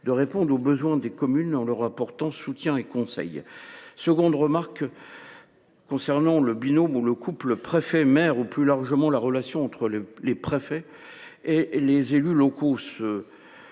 de répondre aux besoins des communes en leur apportant soutien et conseil. Deuxièmement, je tiens à évoquer le couple préfet maire et, plus largement, la relation entre le préfet et les élus locaux.